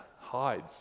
hides